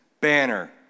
banner